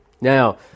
Now